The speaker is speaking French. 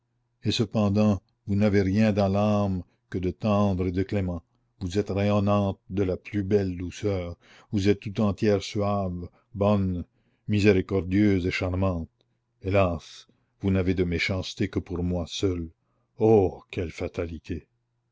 et cependant vous n'avez rien dans l'âme que de tendre et de clément vous êtes rayonnante de la plus belle douceur vous êtes tout entière suave bonne miséricordieuse et charmante hélas vous n'avez de méchanceté que pour moi seul oh quelle fatalité